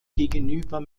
gegenüber